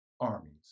armies